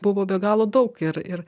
buvo be galo daug ir ir